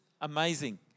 amazing